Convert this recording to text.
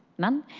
none?